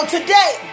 Today